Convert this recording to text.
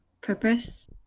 purpose